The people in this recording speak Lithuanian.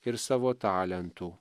ir savo talentų